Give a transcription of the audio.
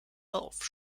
auf